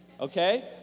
okay